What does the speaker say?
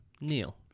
Neil